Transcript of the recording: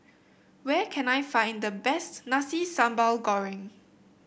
where can I find the best Nasi Sambal Goreng